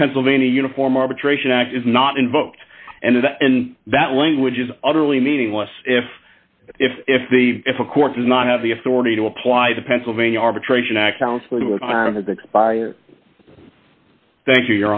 the pennsylvania uniform arbitration act is not invoked and that language is utterly meaningless if if if the if a court does not have the authority to apply the pennsylvania arbitration x amount of the expire thank you